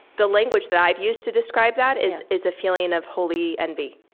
the language that i've used to describe that is is a feeling of holy envy.